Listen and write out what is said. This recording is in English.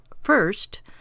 first